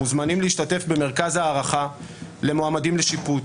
מוזמנים להשתתף במרכז הערכה למועמדים לשיפוט.